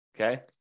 okay